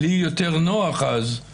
לי יותר נוח, כי